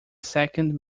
second